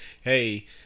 Hey